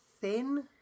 thin